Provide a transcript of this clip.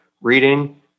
reading